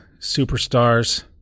Superstars